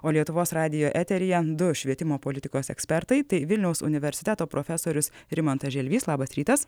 o lietuvos radijo eteryje du švietimo politikos ekspertai tai vilniaus universiteto profesorius rimantas želvys labas rytas